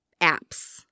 apps